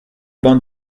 bancs